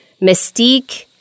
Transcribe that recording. mystique